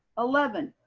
eleven,